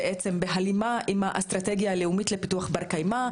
בהלימה עם האסטרטגיה הלאומית לפיתוח בר קיימא.